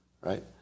right